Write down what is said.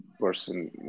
person